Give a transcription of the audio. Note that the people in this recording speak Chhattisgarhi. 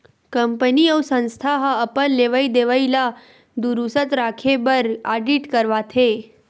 कंपनी अउ संस्था ह अपन लेवई देवई ल दुरूस्त राखे बर आडिट करवाथे